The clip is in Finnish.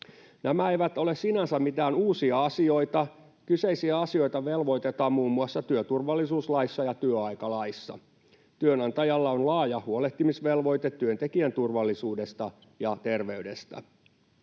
Nämä eivät ole sinänsä mitään uusia asioita, kyseisiä asioita velvoitetaan muun muassa työturvallisuuslaissa ja työaikalaissa. Työnantajalla on laaja huolehtimisvelvoite työntekijän turvallisuudesta ja terveydestä.